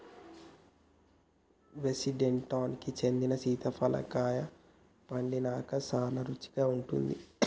West Indies కి చెందిన సీతాఫలం కాయ పండినంక సానా రుచిగా ఉంటాది